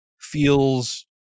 feels